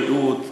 בריאות,